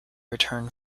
return